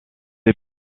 est